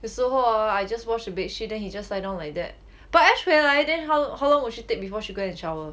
有时候 hor I just wash the bed sheet then he just lie down like that but ash 回来 then how how long would she take before she go and shower